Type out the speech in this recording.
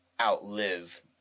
outlive